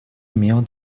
имел